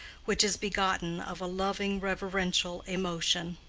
which is begotten of a loving reverential emotion.